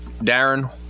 Darren